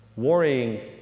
Worrying